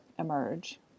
emerge